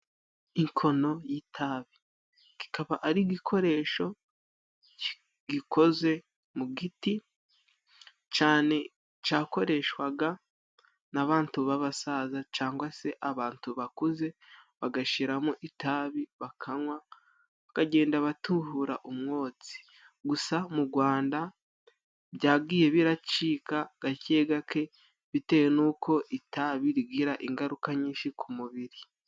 Inkono y'itabi kikaba ari igikoresho gikoze mu giti, cane cakoreshwaga n'abantu b'abasaza cangwa se abantu bakuze, bagashiramo itabi, bakanywa bakagenda batuhura umwotsi. Gusa mu Rwanda byagiye biracika gake gake bitewe n'uko itabi rigira ingaruka nyinshi ku mubiri.